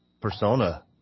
persona